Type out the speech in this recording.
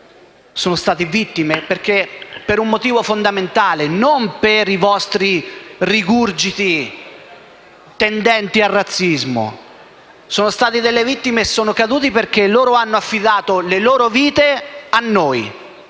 sono caduti per un motivo fondamentale: non per i vostri rigurgiti tendenti al razzismo; sono state vittime e sono caduti perché hanno affidato le loro vite a noi